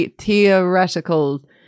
theoretical